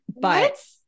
but-